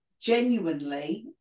genuinely